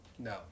No